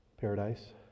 paradise